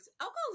alcohol